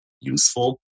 useful